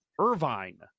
Irvine